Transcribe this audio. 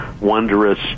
wondrous